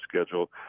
schedule